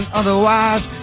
otherwise